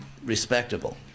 respectable